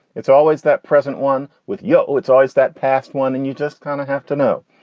it's always that present one with yo. it's always that past one and you just kind of have to know.